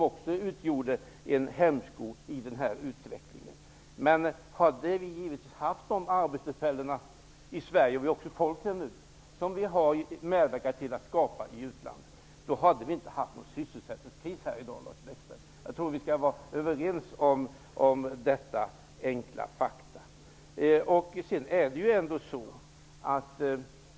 De utgjorde också en hämsko i utvecklingen. Hade vi haft dessa arbetstillfällen i Sverige -- som vi medverkade till att skapa i utlandet -- hade vi inte haft någon sysselsättningskris i dag, Lars Bäckström. Jag tror att vi skall vara överens om dessa enkla fakta.